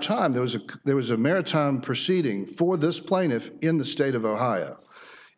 time there was a there was a maritime proceeding for this plaintiff in the state of ohio